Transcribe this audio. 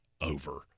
over